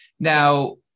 Now